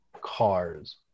cars